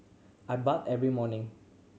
I bathe every morning